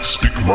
Speak